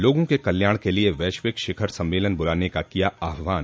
लोगों के कल्याण के लिए वैश्विक शिखर सम्मेलन बुलाने का किया आहवान